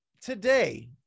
today